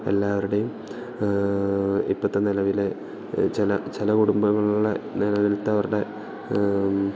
എല്ലാവരുടെയും ഇപ്പോഴത്തെ നിലവിലെ ചില ചില കുടുംബങ്ങളിലെ നിലവിലെത്തെ അവരുടെ